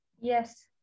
Yes